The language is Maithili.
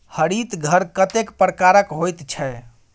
हरित घर कतेक प्रकारक होइत छै?